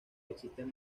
existen